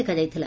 ଦେଖାଯାଇଥିଲା